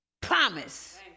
promise